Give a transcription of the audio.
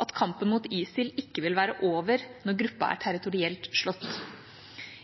at kampen mot ISIL ikke vil være over når gruppa er territorielt slått.